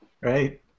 Right